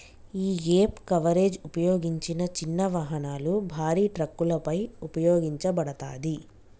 యీ gap coverage ఉపయోగించిన చిన్న వాహనాలు, భారీ ట్రక్కులపై ఉపయోగించబడతాది